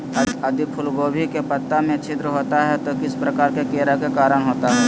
यदि फूलगोभी के पत्ता में छिद्र होता है तो किस प्रकार के कीड़ा के कारण होता है?